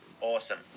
Awesome